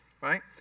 right